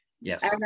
Yes